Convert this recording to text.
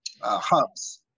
hubs